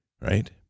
right